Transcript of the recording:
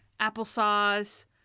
applesauce